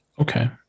okay